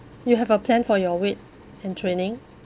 you have a plan for your weight and training